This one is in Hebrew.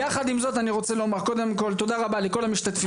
יחד עם זאת אני רוצה לומר קודם כל תודה רבה לכל המשתתפים.